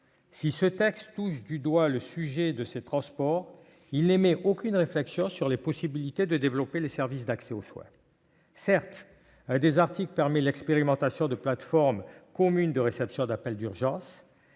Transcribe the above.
Si ce texte touche du doigt le sujet de ces transports, on n'y trouve aucune réflexion sur les possibilités de développer les services d'accès aux soins. Certes, un article permet l'expérimentation de plateformes communes de réception d'appels d'urgence